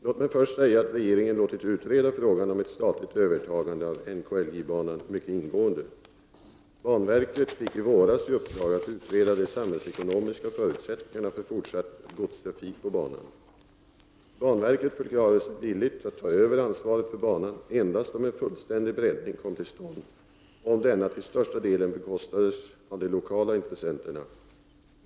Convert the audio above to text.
Låt mig först säga att regeringen låtit utreda frågan om ett statligt övertagande av NKLJ-banan mycket ingående. Banverket fick i våras i uppdrag att utreda de samhällsekonomiska förutsättningarna för fortsatt godstrafik på banan. Banverket förklarade sig villigt att ta över ansvaret för banan endast om en fullständig breddning kom till stånd och om denna till största delen bekostades av de lokala intressenterna.